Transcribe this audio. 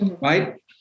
right